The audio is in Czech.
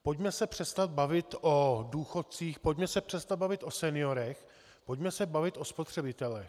Pojďme se přestat bavit o důchodcích, pojďme se přestat bavit o seniorech, pojďme se bavit o spotřebitelích.